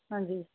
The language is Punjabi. ਹਾਂਜੀ